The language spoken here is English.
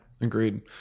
agreed